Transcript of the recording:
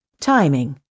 Timing